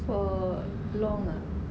for long ah